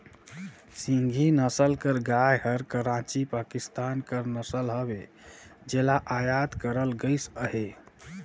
सिंघी नसल कर गाय हर कराची, पाकिस्तान कर नसल हवे जेला अयात करल गइस अहे